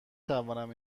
توانم